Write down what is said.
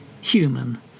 human